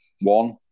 One